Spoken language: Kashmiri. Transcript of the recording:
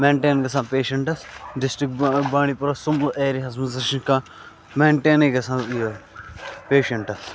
مینٹین گَژھان پیشَنٹَس ڈِسٹرک بانڈیپورہ سُمبُل ایریاہَس مَنٛز نَسا چھُنہٕ کانٛہہ مینٹینے گَژھان یہِ پیشَنٹ